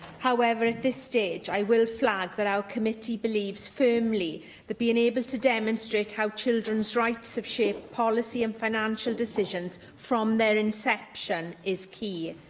however, this stage, i will flag that our committee believes firmly that being able to demonstrate how children's rights have shaped policy and financial decisions from their inception is key.